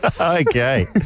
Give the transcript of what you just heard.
Okay